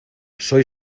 soy